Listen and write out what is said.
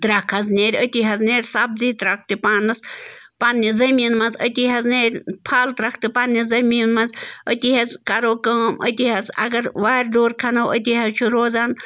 ترٛکھ حظ نیرِ أتی حظ نیرِ سبزی ترٛکھ تہِ پانَس پنٛنہِ زٔمیٖن منٛز أتی حظ نیرِ پھل ترٛکھ تہِ پنٛنہِ زمیٖن منٛز أتی حظ کَرو کٲم أتی حظ اَگر وارِ ڈوٗر کھَنَو أتی حظ چھُ روزان